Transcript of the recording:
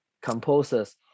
composers